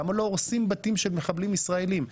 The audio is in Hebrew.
למה לא הורסים בתים של מחבלים ישראלים?